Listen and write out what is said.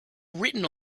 written